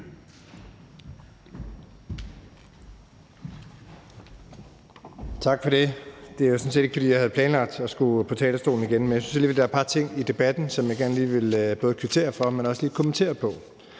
Tak for det. Det er jo sådan set ikke, fordi jeg havde planlagt at skulle på talerstolen igen, men der har været et par ting i debatten, som jeg gerne lige vil både kvittere for, men også kommentere på.